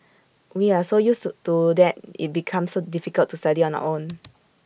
we are so used to that IT becomes difficult to study on our own